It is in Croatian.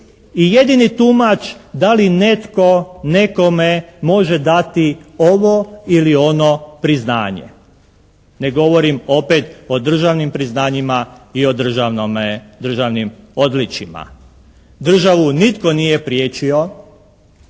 i jedini tumač da li netko nekome može dati ovo ili ono priznanje. Ne govorim opet o državnim priznanjima i o državnim odličjima. Državu nitko nije priječio